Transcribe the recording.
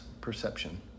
perception